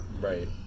Right